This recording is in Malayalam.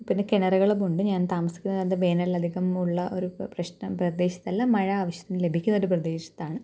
പിന്നെ കിണറുകളുമുണ്ട് ഞാൻ താമസിക്കുന്ന സ്ഥലത്ത് വേനലധികം ഉള്ള ഒരു പ്രശ്നം പ്രദേശത്തല്ല മഴ ആവശ്യത്തിന് ലഭിക്കുന്ന ഒരു പ്രദേശത്താണ്